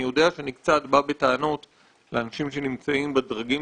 אני יודע שאני קצת בא בטענות לאנשים שנמצאים בדרגים